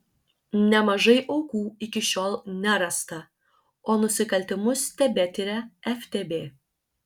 nemažai aukų iki šiol nerasta o nusikaltimus tebetiria ftb